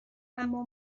اما